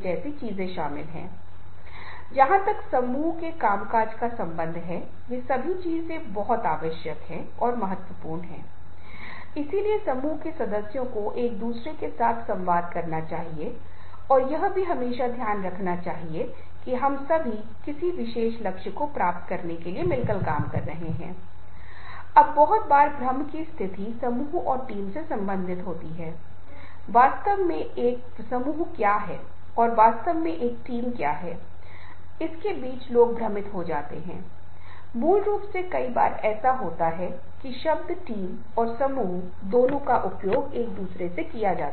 कुछ चीजें मिलीं जो सार्वभौमिक हैं जहा प्रेम की भाषा है स्नेह की भाषा है समझ की भाषा है मानवीय स्पर्श और भावना की भाषा है और अगर इन बातों पर प्रकाश डाला जाता है जब व्यक्ति जो कोई भाषा अंग्रेजी हिंदी बोल रहा है जर्मन फ्रेंच तमिल तेलुगु प्रत्येक भाषा में कोई फर्क नहीं पड़ता है क्योंकि कुछ चीजें हैं जो सार्वभौमिक हैं और इसका मतलब है कि भावनाएं चाहे वह भाषा भावनात्मक भावना से भरी हुई हो जो बहुत महत्वपूर्ण है ऐसा नहीं है कि जो बहुत परिष्कृत भाषा बोल रहे हैं वे बहुत सफल हो सकते हैं यह ऐसा